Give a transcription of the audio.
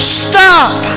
stop